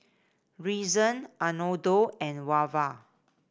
Reason Arnoldo and Wava